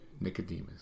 Nicodemus